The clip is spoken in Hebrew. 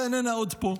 ואיננה עוד פה.